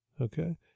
Okay